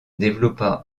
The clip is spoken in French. développa